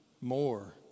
more